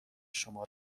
شما